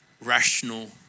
rational